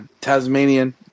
Tasmanian